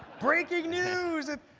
breaking news at